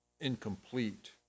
incomplete